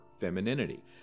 femininity